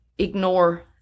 Ignore